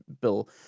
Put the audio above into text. Bill